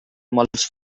molts